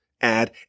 add